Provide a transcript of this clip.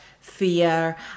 fear